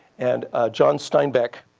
and john steinbeck